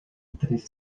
tres